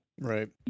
Right